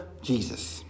Jesus